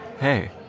hey